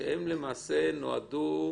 שהם למעשה נועדו